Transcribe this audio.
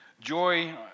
joy